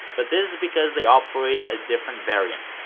but this is because they operated a different variant.